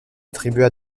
attribuées